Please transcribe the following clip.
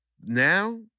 now